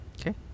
Okay